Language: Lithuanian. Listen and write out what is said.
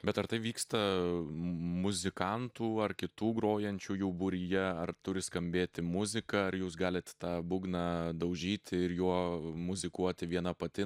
bet ar tai vyksta mm muzikantų ar kitų grojančiųjų būryje ar turi skambėti muzika ar jūs galit tą būgną daužyti ir juo muzikuoti viena pati